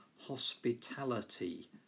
hospitality